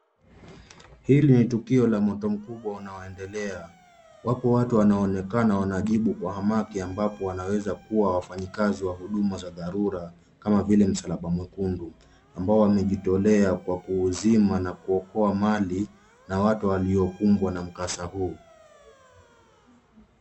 Hili ni tukio la moto mkubwa unaoendelea. Wapo watu wanaonekana wanajibu kwa hamaki ambapo wanaweza kuwa wafanyikazi wa huduma za dharura kama vile msalaba mwekundu ambao wamejitolea kwa kuuzima na kuokoa mali na watu waliokumbwa na mkasa huu.